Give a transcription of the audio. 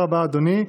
תודה רבה, אדוני.